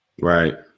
Right